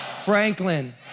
Franklin